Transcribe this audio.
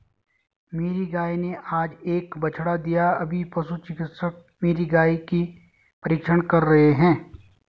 मेरी गाय ने आज एक बछड़ा दिया अभी पशु चिकित्सक मेरी गाय की परीक्षण कर रहे हैं